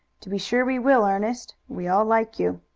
to be sure we will, ernest. we all like you.